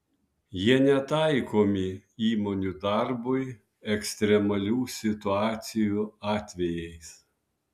jie netaikomi įmonių darbui ekstremalių situacijų atvejais